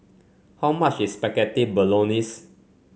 how much is Spaghetti Bolognese